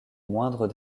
moindre